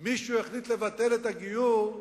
מישהו החליט לבטל את הגיור,